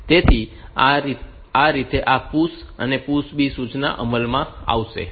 તેથી આ રીતે આ PUSH B સૂચના અમલમાં આવે છે